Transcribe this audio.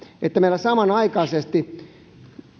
että meillä samanaikaisesti